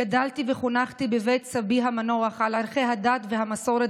גדלתי וחונכתי בבית סבי המנוח על ערכי הדת והמסורת,